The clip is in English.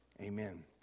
Amen